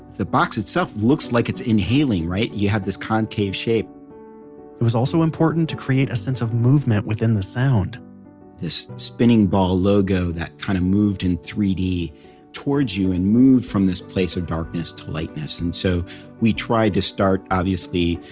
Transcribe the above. the box itself looks like it's inhaling, right? you have this concave shape it was also important to create a sense of movement within the sound this spinning ball logo that kind of moved in three d toward you and moved from this place of darkness to lightness. and so we tried to start, obviously,